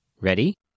Ready